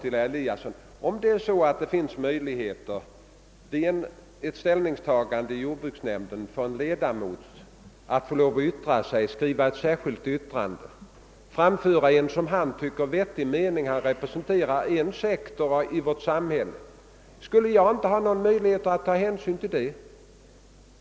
Till herr Eliasson i Moholm vill jag helt kort säga: Om det vid ett ställningstagande i jordbruksnämnden finns möjlighet för en ledamot att få skriva ett särskilt yttrande och framföra en som han tycker vettig mening — han representerar en sektor i vårt samhälle — skulle jag då inte ha någon möjlighet att ta hänsyn till detta?